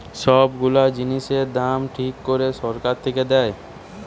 সব গুলা জিনিসের দাম ঠিক করে সরকার থেকে দেয়